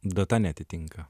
data neatitinka